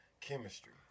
chemistry